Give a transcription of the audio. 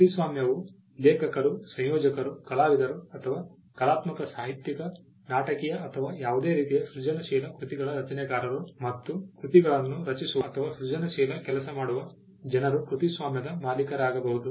ಕೃತಿಸ್ವಾಮ್ಯವು ಲೇಖಕರು ಸಂಯೋಜಕರು ಕಲಾವಿದರು ಅಥವಾ ಕಲಾತ್ಮಕ ಸಾಹಿತ್ಯಿಕ ನಾಟಕೀಯ ಅಥವಾ ಯಾವುದೇ ರೀತಿಯ ಸೃಜನಶೀಲ ಕೃತಿಗಳ ರಚನೆಕಾರರ ರಚನೆಕಾರರು ಹೊಂದಬಹುದು ಮತ್ತು ಕೃತಿಗಳನ್ನು ರಚಿಸುವ ಅಥವಾ ಸೃಜನಶೀಲ ಕೆಲಸ ಮಾಡುವ ಜನರು ಕೃತಿಸ್ವಾಮ್ಯದ ಮಾಲೀಕರಾಗಬಹುದು